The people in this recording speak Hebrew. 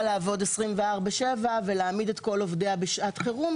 לעבוד 24/7 ולהעמיד את כל עובדיה בשעת חירום,